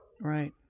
right